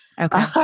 Okay